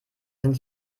sind